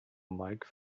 mike